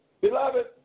Beloved